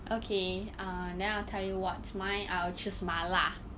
okay err I will tell you what's mine I will choose 麻辣